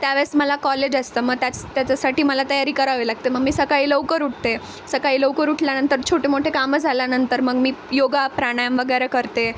त्यावेळेस मला कॉलेज असतं मग त्याच त्याच्यासाठी मला तयारी करावे लागते मग मी सकाळी लवकर उठते सकाळी लवकर उठल्यानंतर छोटेमोठे कामं झाल्यानंतर मग मी योगा प्राणायाम वगैरे करते